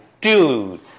dude